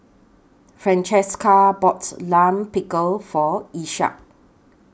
Francesca boughts Lime Pickle For Isaak